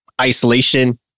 isolation